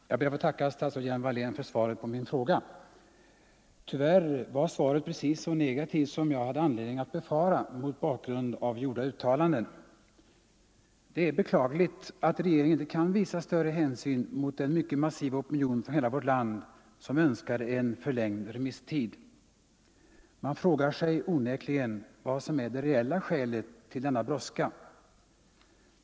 Herr talman! Jag ber att få tacka statsrådet Lena Hjelm-Wallén för svaret på min fråga. Tyvärr var svaret precis så negativt som jag hade anledning att befara mot bakgrund av gjorda uttalanden. Det är beklagligt att regeringen inte kan visa större hänsyn mot den mycket massiva opinion från hela vårt land som önskar en förlängd remisstid. Man frågar sig onekligen vad som är det reella skälet till denna brådska.